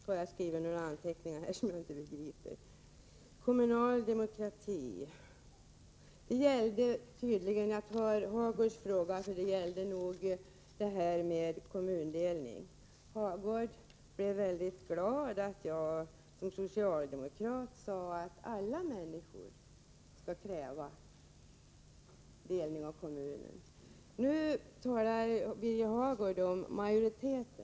Birger Hagård ställde en fråga om kommundelning. Han blev väldigt glad över att jag som socialdemokrat sade att alla människor skall kräva delning av en kommun för att den skall ske. Nu talar han om en majoritet.